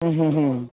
হুম হুম হুম